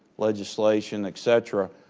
legislation, etcetera.